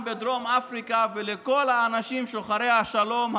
בדרום אפריקה ולכל האנשים שוחרי השלום,